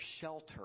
shelter